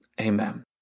Amen